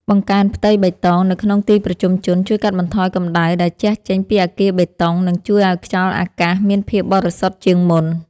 បង្កើនផ្ទៃបៃតងនៅក្នុងទីប្រជុំជនជួយកាត់បន្ថយកម្ដៅដែលជះចេញពីអគារបេតុង និង ជួយឱ្យខ្យល់អាកាសមានភាពបរិសុទ្ធជាងមុន។